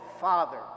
Father